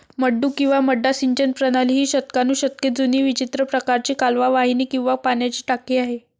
मड्डू किंवा मड्डा सिंचन प्रणाली ही शतकानुशतके जुनी विचित्र प्रकारची कालवा वाहिनी किंवा पाण्याची टाकी आहे